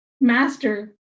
master